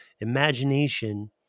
imagination